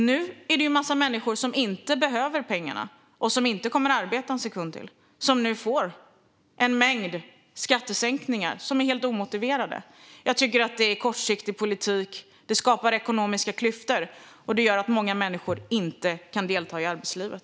Nu är det en massa människor som inte behöver pengarna och inte kommer att arbeta en sekund till som får en mängd skattesänkningar som är helt omotiverade. Jag tycker att det är kortsiktig politik. Det skapar ekonomiska klyftor, och det gör att många människor inte kan delta i arbetslivet.